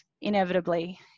inevitably